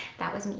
that was me.